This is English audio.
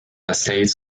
estates